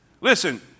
Listen